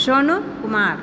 Sonu Kumar